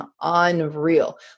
unreal